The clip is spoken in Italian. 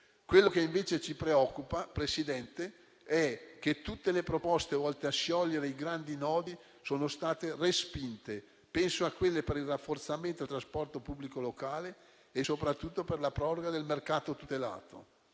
Quello che invece ci preoccupa, Presidente, è che tutte le proposte volte a sciogliere i grandi nodi sono state respinte. Penso a quelle per il rafforzamento del trasporto pubblico locale e, soprattutto, per la proroga del mercato tutelato.